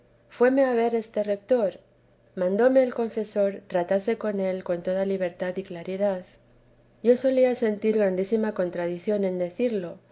fuéme a ver este retor y mandóme el confesor tratase con él con toda libertad y claridad yo solía sentir grandísima contradición en decirlo